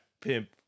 pimp